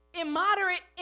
immoderate